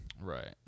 right